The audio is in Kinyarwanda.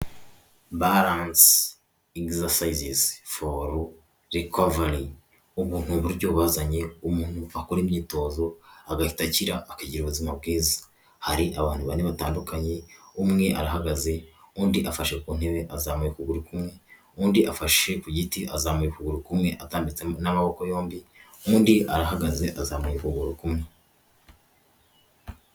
Baranse egizerisayizise foru rikovari, ubu ni uburyo bazanye umuntu akora imyitozo agahita akira, akagira ubuzima bwiza. Hari abantu bane batandukanye, umwe arahagaze, undi afashe ku ntebe azamuye ukuguru kumwe, undi afashe ku giti azamuye ukuguru kumwe atambitse n'amaboko yombi, undi arahagaze azamuye ukuguru kumwe.